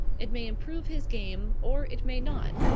it may improve his game or it may not.